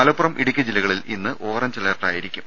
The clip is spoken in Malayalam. മലപ്പുറം ഇടുക്കി ജില്ലകളിൽ ഇന്ന് ഓറഞ്ച് അലർട്ട് ആയിരിക്കും